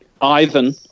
Ivan